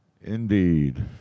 Indeed